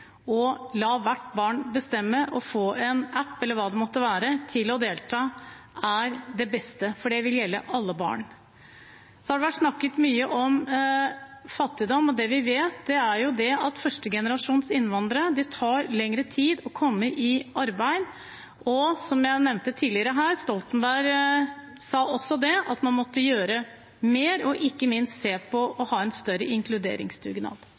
la hvert barn bestemme – få en app eller hva det måtte være for å delta – er det beste, for det vil gjelde alle barn. Så har det vært snakket mye om fattigdom. Vi vet at for førstegenerasjons innvandrere tar det lengre tid å komme i arbeid. Som jeg nevnte tidligere, har også Stoltenberg sagt at man måtte gjøre mer og ikke minst se på om man bør ha en større inkluderingsdugnad.